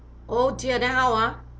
oh dear then how ah